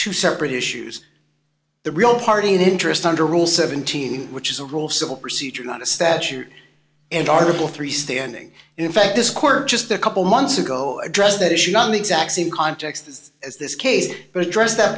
two separate issues the real party and interest under rule seventeen which is a rule civil procedure not a stature and article three standing in fact this court just a couple months ago addressed that issue on the exact same context as this case but address that